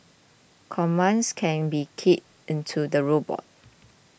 commands can be keyed into the robot